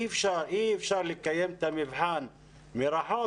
אי אפשר לקיים את המבחן מרחוק,